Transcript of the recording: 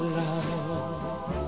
love